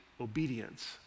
obedience